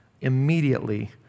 Immediately